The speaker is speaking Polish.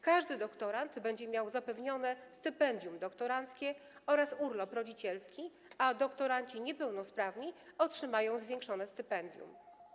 Każdy doktorant będzie miał zapewnione stypendium doktoranckie oraz urlop rodzicielski, a doktoranci niepełnosprawni otrzymają zwiększone stypendium.